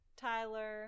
Tyler